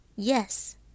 Yes